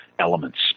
elements